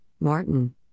Martin